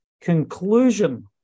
conclusion